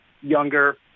younger